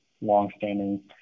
longstanding